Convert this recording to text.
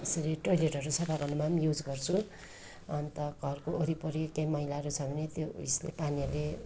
यसरी टोयलेटहरू सफा गर्नुमा पनि युज गर्छु अन्त घरको वरिपरि केही मैलाहरू छ भने त्यो उसले पानीहरूले